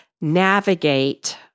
navigate